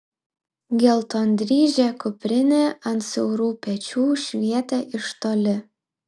geltondryžė kuprinė ant siaurų pečių švietė iš toli